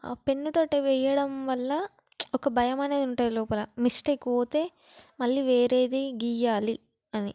పెన్నుతోటి వేయడం వల్ల ఒక భయం అనేది ఉంటే లోపల మిస్టేక్ పోతే మళ్ళీ వేరేది గీయాలి అని